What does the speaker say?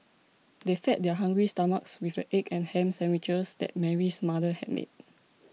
they fed their hungry stomachs with the egg and ham sandwiches that Mary's mother had made